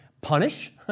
punish